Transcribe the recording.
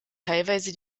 teilweise